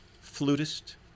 flutist